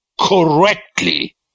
correctly